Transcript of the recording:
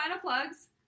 plugs